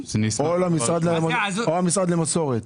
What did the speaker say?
או למשרד למסורת.